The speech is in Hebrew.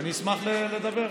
ואשמח לדבר.